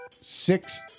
six